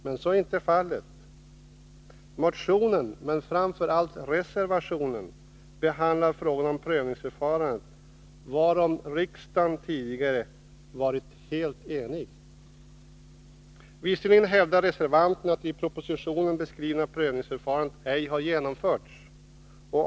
Men så är inte fallet. I motionen, men framför allt i reservationen, behandlas frågan om prövningsförfarandet, varom riksdagen tidigare varit helt enig. Visserligen hävdar reservanten att det i propositionen beskrivna prövningsförfarandet ej har genomförts.